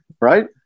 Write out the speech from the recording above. Right